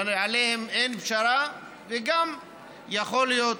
ועליהם אין פשרה, ויכול להיות